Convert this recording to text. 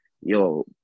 yo